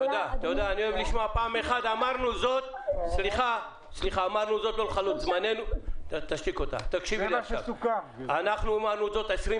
גם בלול מהמפורטים להלן: בלול חדש ביישוב שבו מצוי